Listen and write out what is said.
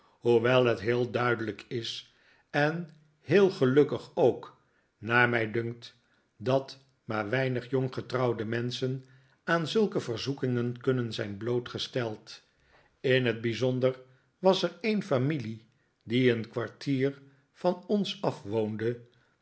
hoewel het heel duidelijk is en heel gelukkig ook naar mij dunkt dat maar weinig jonggetrouwde menschen aan zulke verzoekingen kunnen zijn blootgesteld in het bijzonder was er een familie die een kwartier van ons af woonde